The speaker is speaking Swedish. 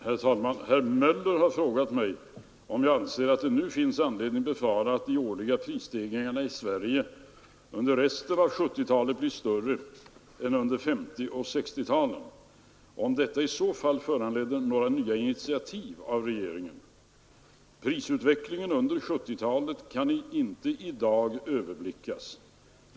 Herr talman! Herr Möller har frågat mig om jag anser att det nu finns anledning befara att de årliga prisstegringarna i Sverige under resten av 1970-talet blir större än under 1950 och 1960-talen och om detta i så fall föranleder några nya initiativ av regeringen. Prisutvecklingen under 1970-talet kan inte i dag överblickas.